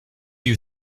you